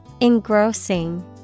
Engrossing